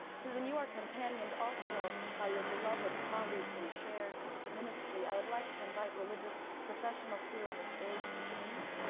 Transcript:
susan, you are companioned also by your beloved colleagues and shared ministry. i would like to invite religious professionals here on the stage to join you.